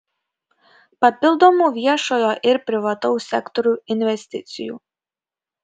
papildomų viešojo ir privataus sektorių investicijų